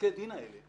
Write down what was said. פסקי הדין האלה.